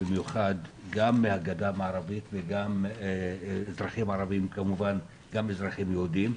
במיוחד גם מהגדה המערבית וגם אזרחים ערבים וכמובן גם אזרחים יהודים.